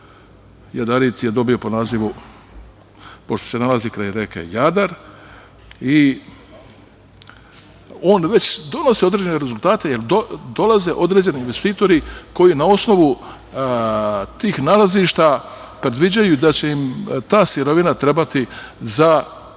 Jadarit je dobio po nazivu, pošto se nalazi kraj reke Jadar, on već donosi određene rezultate, jer dolaze određeni investitori koji na osnovu tih nalazišta predviđaju da će im ta sirovina trebati za